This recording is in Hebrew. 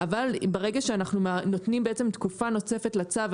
אבל ברגע שאנחנו נותנים תקופה נוספת לצו,